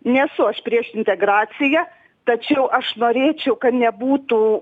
nesu aš prieš integraciją tačiau aš norėčiau kad nebūtų